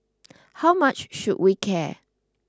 how much should we care